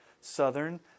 Southern